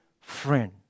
friend